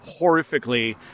horrifically